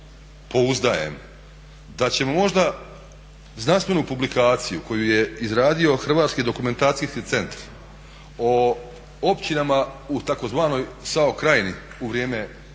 pouzdajem da ćemo možda znanstvenu publikaciju koju je izradio Hrvatski dokumentacijski centar o općinama u tzv. SAO Krajini u vrijeme Domovinskog